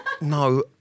no